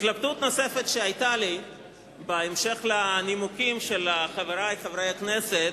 התלבטות נוספת שהיתה לי בהמשך לנימוקים של חברי חברי הכנסת,